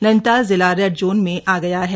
नैनीताल जिला red zone में आ गया है